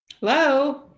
Hello